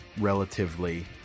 relatively